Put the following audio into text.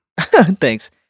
Thanks